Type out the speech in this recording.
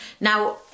now